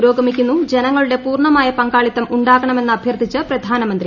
പുരോഗമിക്കു്ന്നു ജനങ്ങളുടെ പൂർണമായ പങ്കാളിത്തം ഉണ്ടാകണമെന്നഭ്യർത്ഥിച്ച് പ്രധാനമന്ത്രി